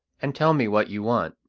and tell me what you want.